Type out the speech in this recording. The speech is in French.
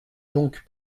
donc